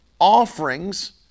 offerings